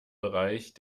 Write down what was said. bereich